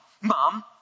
Mom